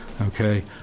Okay